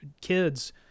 kids